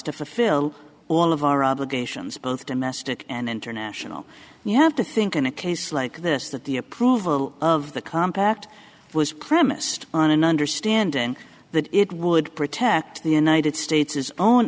to fulfill all of our obligations both domestic and international and you have to think in a case like this that the approval of the compact was premised on an understanding that it would protect the united states is own